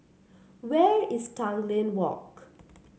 where is Tanglin Walk